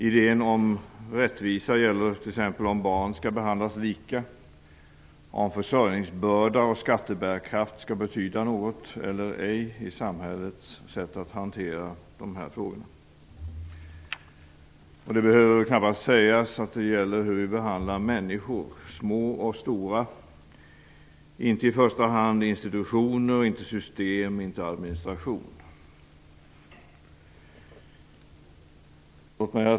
Idén om rättvisa gäller t.ex. om barn skall behandlas lika, om försörjningsbörda och skattebärkraft skall betyda något eller ej i samhällets sätt att hantera frågorna. Det behöver knappast sägas att detta gäller hur vi behandlar människor, små och stora, inte i första hand institutioner, system eller administration. Herr talman!